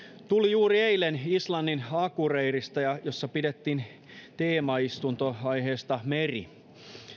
tuli juuri eilen islannin akureyrista jossa pidettiin teemaistunto aiheesta meri